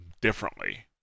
differently